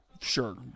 Sure